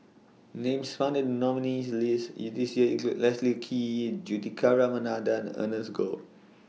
Names found in The nominees' list This Year include Leslie Kee Juthika Ramanathan and Ernest Goh